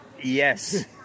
Yes